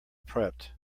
prepped